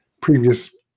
previous